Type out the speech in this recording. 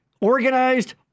organized